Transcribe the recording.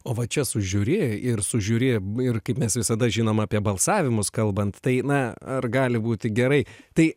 o va čia sužiūri ir sužiūri ir kaip mes visada žinom apie balsavimus kalbant tai na ar gali būti gerai tai